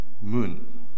moon